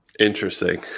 Interesting